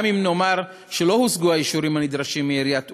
גם אם נאמר שלא הושגו האישורים הנדרשים מעיריית אומן,